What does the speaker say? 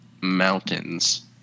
mountains